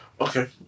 Okay